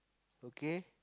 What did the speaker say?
okay